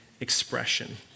expression